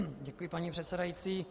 Děkuji, paní předsedající.